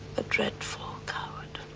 a dreadful coward